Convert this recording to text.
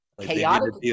Chaotic